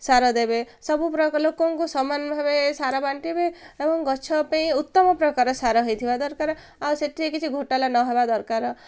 ସାର ଦେବେ ସବୁ ପ୍ରକାର ଲୋକଙ୍କୁ ସମାନ ଭାବେ ସାର ବାଣ୍ଟିବେ ଏବଂ ଗଛ ପାଇଁ ଉତ୍ତମ ପ୍ରକାର ସାର ହେଇଥିବା ଦରକାର ଆଉ ସେଇଠି କିଛି ଘୋଟାଲା ନହବା ଦରକାର